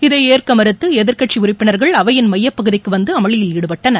இதை ஏற்க மறுத்து எதிர்கட்சி உறுப்பினர்கள் அவையின் மையப்பகுதிக்கு வந்து அமளியில் ஈடுபட்டனர்